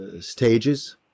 stages